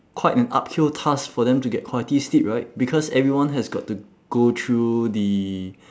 quite an uphill task for them to get quality sleep right because everyone has got to go through the